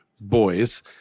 boys